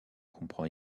comprend